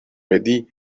بدی